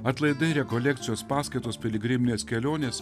atlaidai rekolekcijos paskaitos piligriminės kelionės